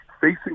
facing